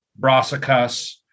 brassicas